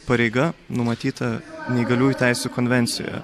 pareiga numatyta neįgaliųjų teisių konvencijoje